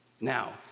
Now